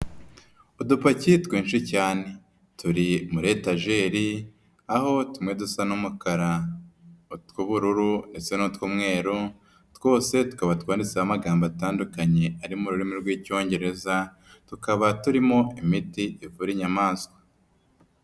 Udupaki twinshi cyane turi muri etajeri aho tumwe dusa n'umukara, utw'ubururu ndetse n'utwumweru twose tukaba twanditseho amagambo atandukanye ari mu rurimi rw'icyongereza tukaba turimo imiti ivura inyamaswa.